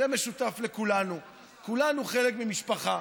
זה משותף לכולנו, כולנו חלק ממשפחה,